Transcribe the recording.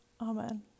Amen